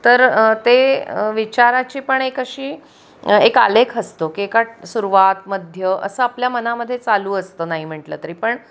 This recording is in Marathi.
तर ते विचाराची पण एक अशी एक आलेख असतो की एका सुरुवात मध्य असं आपल्या मनामध्ये चालू असतं नाही म्हंटलं तरी पण